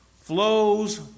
flows